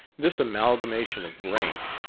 this amalgamation of rank,